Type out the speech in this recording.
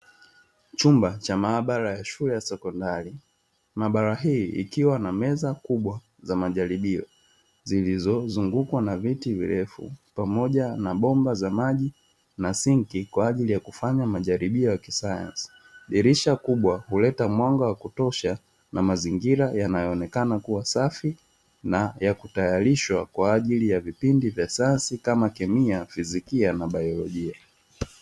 Chumba cha maabara ya shule ya sekondari. Maabara hii ikiwa na meza kubwa za majaribio zilizozungukwa na viti virefu pamoja na bomba ya maji na sinki kwa ajili ya kufanya majaribio ya kisayansi. Dirisha kubwa huleta mwanga wa kutosha na mazingira yanaonekana kuwa safi na ya kutayarishwa kwa ajili ya vipindi vya sayansi kama: kemia, fizikia na biolojia.